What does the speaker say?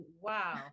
wow